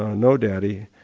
ah no daddy,